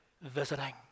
visiting